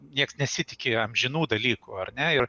nieks nesitiki amžinų dalykų ar ne ir